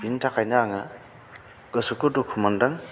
बिनि थाखायनो आङो गोसोखौ दुखु मोनदों